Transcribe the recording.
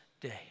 day